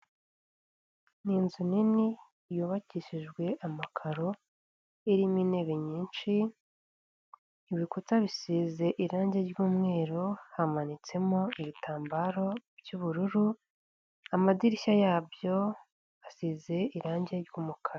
Ni inzu nini yubakishijwe amakaro irimo intebe nyinshi, ibikuta bisize irangi ry'umweru, hamanitsemo ibitambaro by'ubururu, amadirishya yabyo asize irangi ry'umukara.